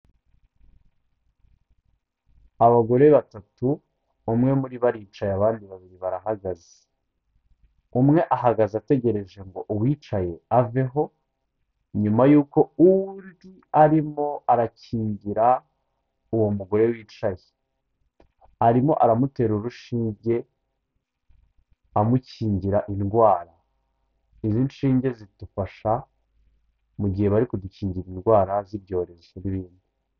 Abagore batatu umwe muri bo aricaye abandi babiri barahagaze, umwe ahagaze ategereje ngo uwicaye aveho nyuma y'uko uri arimo arakingira uwo mugore wicaye, arimo aramutera urushinge amukingira indwara, izi nshinge zitufasha mu gihe bari kudukingira indwara z'ibyorezo n'ibindi.